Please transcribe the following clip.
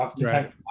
Right